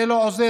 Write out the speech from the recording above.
זה לא עוזר.